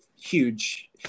huge